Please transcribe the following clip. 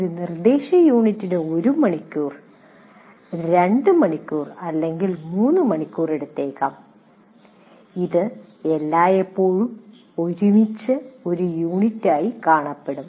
ഒരു നിർദ്ദേശയൂണിറ്റിന് 1 മണിക്കൂർ 2 മണിക്കൂർ അല്ലെങ്കിൽ 3 മണിക്കൂർ എടുത്തേക്കാം പക്ഷേ ഇത് എല്ലായ്പ്പോഴും ഒരുമിച്ച് ഒരു യൂണിറ്റായി കാണപ്പെടും